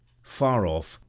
far off,